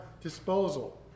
disposal